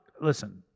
Listen